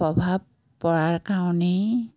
প্ৰভাৱ পৰাৰ কাৰণেই